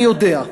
אני יודע.